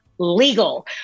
legal